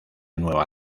nueva